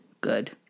Good